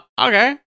Okay